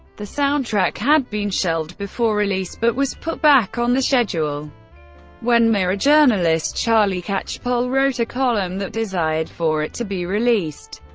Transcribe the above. the soundtrack had been shelved before release, but was put back on the schedule when mirror journalist charlie catchpole wrote a column that desired for it to be released.